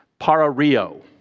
parario